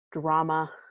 drama